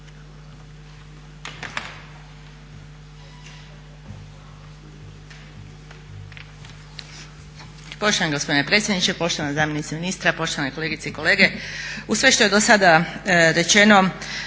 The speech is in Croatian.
Poštovani gospodine predsjedniče, poštovana zamjenice ministra, poštovane kolegice i kolege. Uz sve što je do sada rečeno